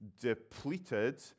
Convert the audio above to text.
depleted